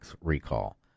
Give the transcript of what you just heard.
recall